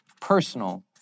personal